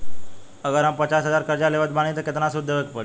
अगर हम पचास हज़ार कर्जा लेवत बानी त केतना सूद देवे के पड़ी?